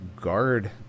guard